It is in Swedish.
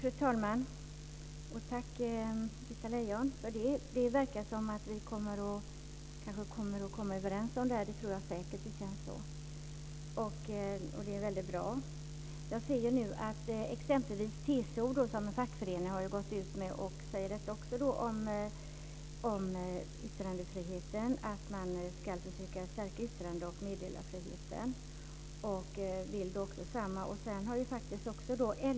Fru talman! Tack för det, Britta Lejon. Det verkar som om vi kommer överens. Det känns så. Det är bra. TCO har också gått ut och sagt att man ska försöka stärka yttrande och meddelarfriheten.